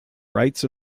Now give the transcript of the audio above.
rights